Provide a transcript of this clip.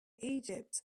egypt